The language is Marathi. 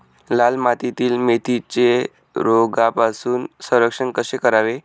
लाल मातीतील मेथीचे रोगापासून संरक्षण कसे करावे?